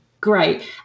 Great